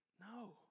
No